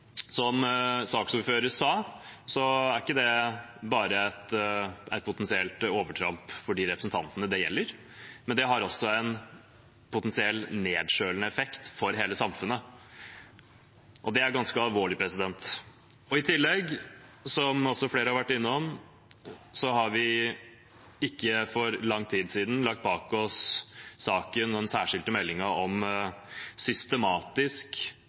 Som saksordføreren sa, er ikke det bare et potensielt overtramp for de representantene det gjelder, det har også en potensielt nedkjølende effekt for hele samfunnet, og det er ganske alvorlig. I tillegg, som også flere har vært innom, har vi for ikke lang tid siden lagt bak oss saken om den særskilte meldingen om systematisk